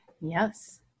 Yes